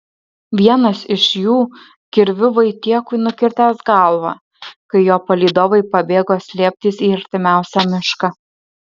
vienas iš jų kirviu vaitiekui nukirtęs galvą kai jo palydovai pabėgo slėptis į artimiausią mišką